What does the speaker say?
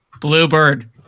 Bluebird